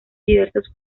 diversos